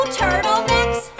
turtlenecks